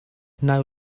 now